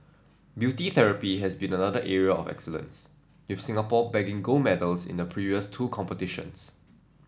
beauty therapy has been another area of excellence with Singapore bagging gold medals in the previous two competitions